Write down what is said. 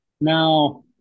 Now